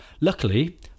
luckily